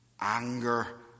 anger